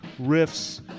riffs